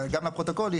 גם לפרוטוקול,